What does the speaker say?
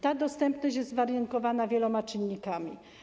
Ta dostępność jest warunkowana wieloma czynnikami.